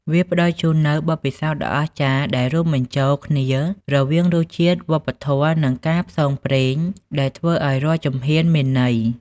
វាផ្តល់ជូននូវបទពិសោធន៍ដ៏អស្ចារ្យដែលរួមបញ្ចូលគ្នារវាងរសជាតិ វប្បធម៌ និងការផ្សងព្រេង ដែលធ្វើឱ្យរាល់ជំហានមានន័យ។